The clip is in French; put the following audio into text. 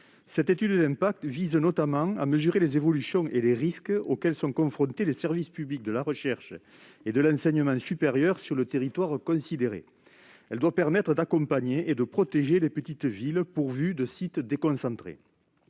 Cette étude d'impact vise notamment à mesurer les évolutions et les risques auxquels sont confrontés les services publics de la recherche et de l'enseignement supérieur sur le territoire considéré. Elle doit permettre d'accompagner et de protéger les petites villes pourvues de sites déconcentrés.